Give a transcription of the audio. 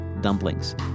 dumplings